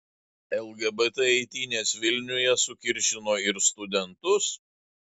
lgbt eitynės vilniuje sukiršino ir studentus